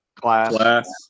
Class